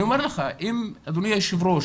אני אומר לך אדוני היושב ראש,